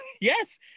Yes